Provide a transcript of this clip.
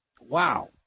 Wow